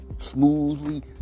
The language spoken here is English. Smoothly